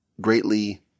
greatly